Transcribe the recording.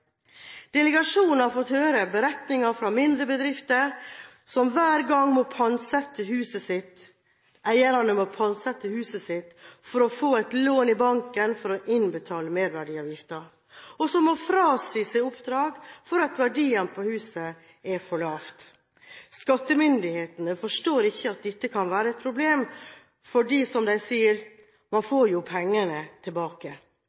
Delegasjonen har fått høre beretninger fra mindre bedriftseiere som hver gang må pantsette huset sitt for å få et lån i banken for å innbetale merverdiavgiften, og som må frasi seg oppdrag fordi verdien på huset er for lav. Skattemyndighetene forstår ikke at dette kan være et problem, for, som de sier: Man får jo pengene tilbake.